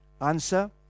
Answer